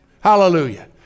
Hallelujah